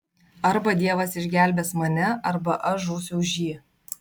arba dievas išgelbės mane arba aš žūsiu už jį